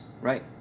Right